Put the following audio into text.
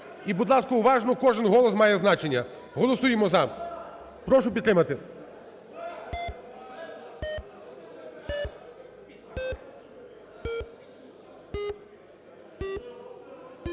І, будь ласка, уважно – кожен голос має значення. Голосуємо "за", прошу підтримати.